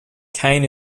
kain